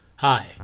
Hi